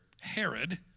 Herod